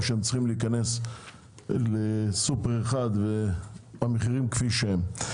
או שהם צריכים להיכנס לסופר אחד והמחירים כפי שהם.